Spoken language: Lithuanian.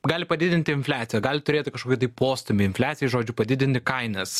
gali padidinti infliaciją gali turėti kažkokį tai postūmį infliacijai žodžiu padidinti kainas